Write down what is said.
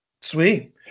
Sweet